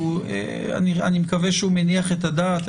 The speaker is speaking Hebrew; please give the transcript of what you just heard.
אני מקווה שהוא מניח את הדעת.